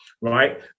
right